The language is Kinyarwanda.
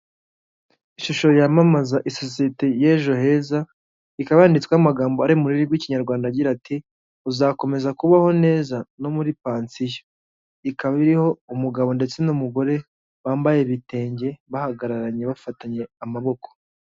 Ishusho yamamaza isosiyete y'Ejoheza ikaba yanditsweho amagambo ari mu rurimi rw'Ikinyarwanda agira ati "uzakomeza kubaho neza no muri pansiyo," Ikaba iriho umugabo ndetse n'umugore bambaye ibitenge bahagararanye bafatanye amaboko.